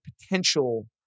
potential